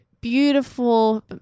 beautiful